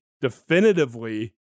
definitively